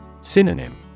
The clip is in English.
Synonym